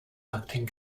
acting